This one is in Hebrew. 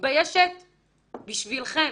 מתביישת בשבילכם.